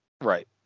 Right